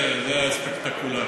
זה ספקטקולרי.